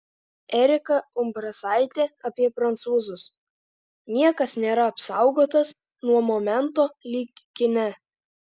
erika umbrasaitė apie prancūzus niekas nėra apsaugotas nuo momento lyg kine